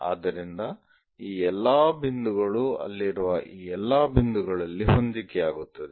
ಆದ್ದರಿಂದ ಈ ಎಲ್ಲಾ ಬಿಂದುಗಳು ಅಲ್ಲಿರುವ ಆ ಎಲ್ಲಾ ಬಿಂದುಗಳಲ್ಲಿ ಹೊಂದಿಕೆಯಾಗುತ್ತದೆ